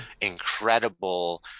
incredible